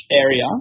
area